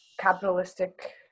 capitalistic